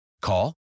Call